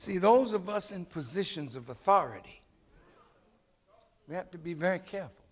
see those of us in positions of authority we have to be very careful